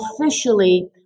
officially